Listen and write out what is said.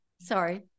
sorry